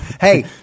Hey